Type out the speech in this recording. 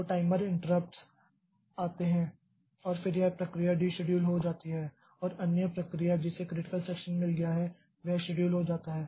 तो timer interrupts आते है और फिर यह प्रक्रिया डीशेड्यूल हो जाती है और एक अन्य प्रक्रिया जिसे क्रिटिकल सेक्षन मिल गया है वह शेड्यूल हो जाता है